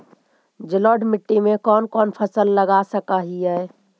जलोढ़ मिट्टी में कौन कौन फसल लगा सक हिय?